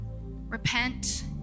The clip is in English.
Repent